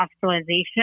hospitalization